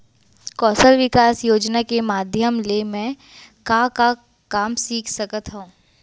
कौशल विकास योजना के माधयम से मैं का का काम सीख सकत हव?